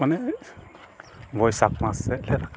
ᱢᱟᱱᱮ ᱵᱳᱭᱥᱟᱠᱷ ᱢᱟᱥ ᱥᱮᱫᱞᱮ ᱨᱟᱠᱟᱵᱫᱟ